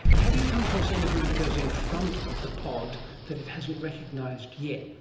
have you come across anything that goes in front of the pod that it hasn't recognised yet?